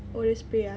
oh the spray ah